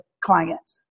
clients